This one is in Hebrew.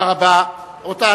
רבותי,